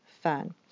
fun